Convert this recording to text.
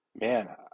man